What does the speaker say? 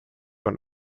und